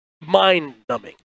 mind-numbing